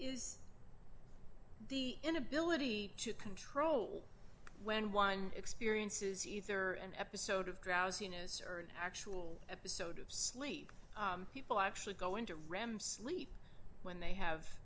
is the inability to control when one experiences either an episode of drowsiness or an actual episode of sleep people actually go into rem sleep when they have